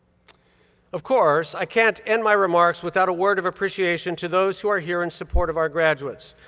of course, i can't end my remarks without a word of appreciation to those who are here in support of our graduates.